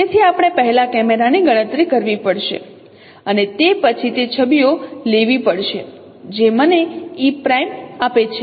તેથી આપણે પહેલા કેમેરાની ગણતરી કરવી પડશે અને તે પછી તે છબી લેવી પડશે જે મને e' આપે છે